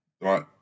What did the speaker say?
right